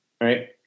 right